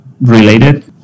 related